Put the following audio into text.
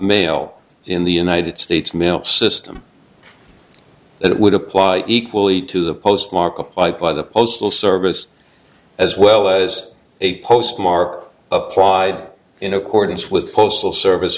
mail in the united states mail system that would apply equally to the postmark applied by the postal service as well as a postmark applied in accordance with postal service